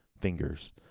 fingers